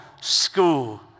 school